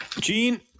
Gene